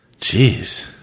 Jeez